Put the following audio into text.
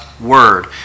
word